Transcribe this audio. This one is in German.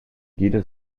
jeder